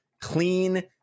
clean